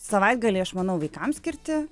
savaitgaliai aš manau vaikams skirti